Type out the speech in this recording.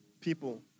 people